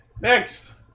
Next